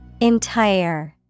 Entire